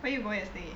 where you yesterday